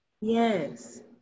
Yes